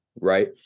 right